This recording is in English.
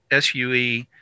SUE